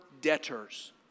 debtors